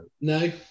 No